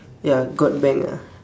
ya got bank ah